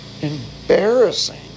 Embarrassing